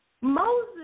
Moses